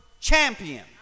champion